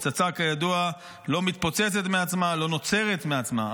פצצה, כידוע, לא מתפוצצת מעצמה, לא נוצרת מעצמה.